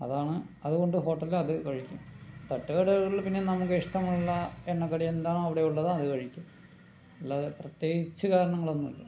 അതാണ് അതുകൊണ്ട് ഹോട്ടലിൽ അത് കഴിക്കും തട്ടുകടകളിൽ പിന്നെ നമുക്ക് ഇഷ്ടമുള്ള എണ്ണക്കടി എന്താണോ അവിടെയുള്ളത് അത് കഴിക്കും അല്ലാതെ പ്രത്യേകിച്ച് കാരണങ്ങളൊന്നുമില്ല